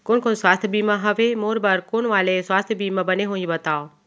कोन कोन स्वास्थ्य बीमा हवे, मोर बर कोन वाले स्वास्थ बीमा बने होही बताव?